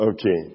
Okay